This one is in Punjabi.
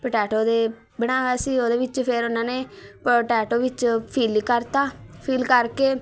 ਪਟੈਟੋ ਦੇ ਬਣਾਇਆ ਹੋਇਆ ਸੀ ਉਹਦੇ ਵਿੱਚ ਫਿਰ ਉਨ੍ਹਾਂ ਨੇ ਪਟੈਟੋ ਵਿੱਚ ਫਿੱਲ ਕਰਤਾ ਫਿੱਲ ਕਰਕੇ